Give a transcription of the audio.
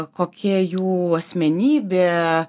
kokia jų asmenybė